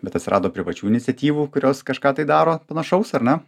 bet atsirado privačių iniciatyvų kurios kažką tai daro panašaus ar ne